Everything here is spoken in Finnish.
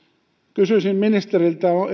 kysyisin ministeriltä